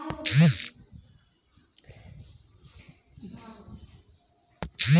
अनुवांशिक रूप से संशोधित उ फसल होला जेकर डी.एन.ए में बदलाव करल जाला